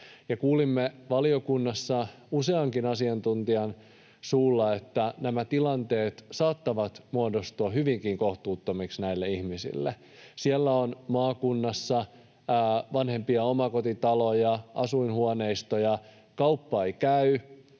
kuulimme valiokunnassa useankin asiantuntijan suulla, että nämä tilanteet saattavat muodostua hyvinkin kohtuuttomiksi näille ihmisille. Siellä on maakunnissa vanhempia omakotitaloja, asuinhuoneistoja, kauppa ei käy,